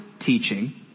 teaching